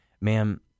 Ma'am